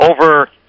over